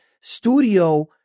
studio